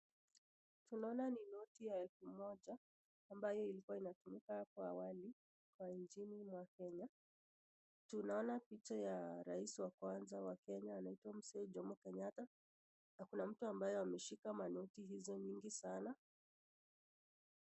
Tunaona ni noti ya elfu moja ambayo ilikuwa inatumiwa kwa awali, kwa nchini mwa Kenya, tunaona picha ya rais wa kwanza wa Kenya anaitwa Mzee Jomo Kenyatta, na kuna mtu ambaye ameshika manoti hizo nyingi sana.